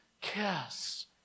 kiss